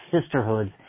sisterhoods